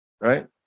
right